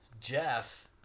Jeff